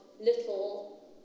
little